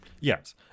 Yes